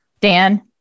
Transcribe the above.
Dan